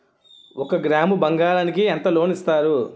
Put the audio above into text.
ఒక గ్రాము బంగారం కి ఎంత లోన్ ఇస్తారు?